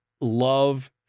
love